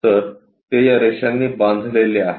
तर ते या रेषांनी बांधलेले आहे